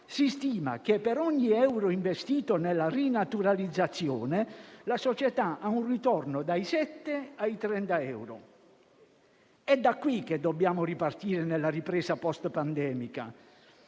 si stima che, per ogni euro investito nella rinaturalizzazione, la società ha un ritorno dai 7 ai 30 euro. È da qui che dobbiamo ripartire nella ripresa post-pandemica.